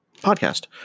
podcast